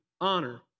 honor